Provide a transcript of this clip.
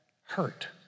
hurt